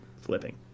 flipping